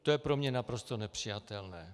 To je pro mě naprosto nepřijatelné.